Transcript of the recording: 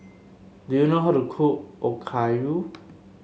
do you know how to cook Okayu